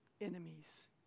enemies